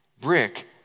brick